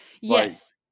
yes